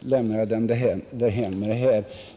lämnar jag den därhän.